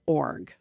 org